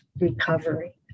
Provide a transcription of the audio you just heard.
recovery